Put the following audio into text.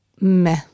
meh